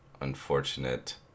unfortunate